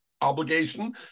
obligation